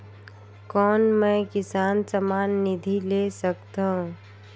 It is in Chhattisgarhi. कौन मै किसान सम्मान निधि ले सकथौं?